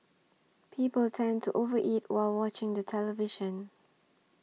people tend to over eat while watching the television